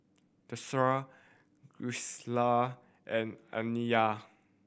Tressie and Aniyah